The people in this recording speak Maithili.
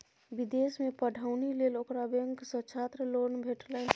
विदेशमे पढ़ौनी लेल ओकरा बैंक सँ छात्र लोन भेटलनि